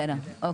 בסדר.